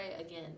again